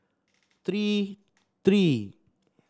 three three